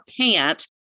pant